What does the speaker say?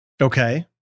Okay